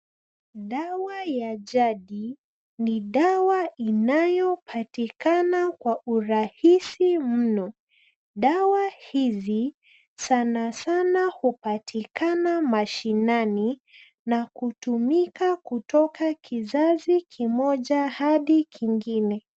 Dawa ya jadi ni dawa inayopatikana kwa urahisi mno. Dawa hizi sana sana hupatikana mashinani na hutumika kutoka kizazi kimoja hadi kingine.